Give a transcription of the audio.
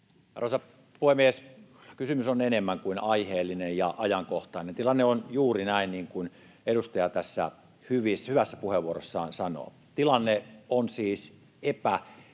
Arvoisa puhemies! Kysymys on enemmän kuin aiheellinen ja ajankohtainen. Tilanne on juuri näin, niin kuin edustaja tässä hyvässä puheenvuorossaan sanoo. Tilanne on siis epäpätevä